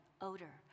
odor